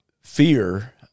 fear